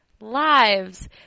lives